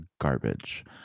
garbage